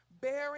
bearing